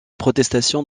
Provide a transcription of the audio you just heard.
protestations